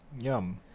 Yum